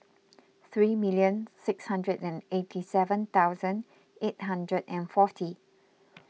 three million six hundred and eighty seven thousand eight hundred and forty